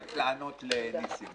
לענות לניסים